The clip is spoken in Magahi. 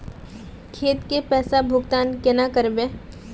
खेत के पैसा भुगतान केना करबे?